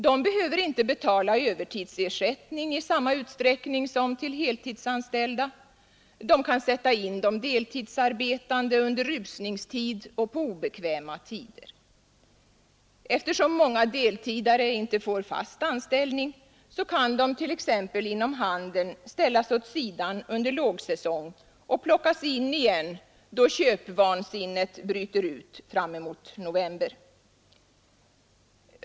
De behöver inte betala övertidsersättning i samma utsträckning som till heltidsanställda, de kan sätta in deltidsarbetande under rusningstid och på obekväma tider. Eftersom många deltidare inte får fast anställning, så kan de t.ex. inom handeln ställas åt sidan under lågsäsong och plockas in igen då köpvansinnet bryter ut fram emot november.